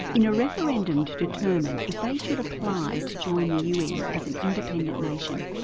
in a referendum to determine if they should apply to join the un as an independent nation.